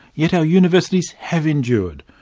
yet our universities have endured,